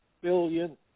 billion